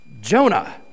Jonah